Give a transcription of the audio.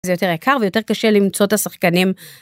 זה יותר יקר ויותר קשה למצוא את השחקנים.